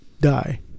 die